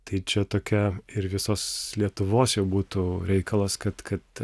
tai čia tokia ir visos lietuvos jau būtų reikalas kad kad